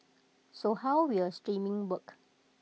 so how will streaming work